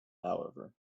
however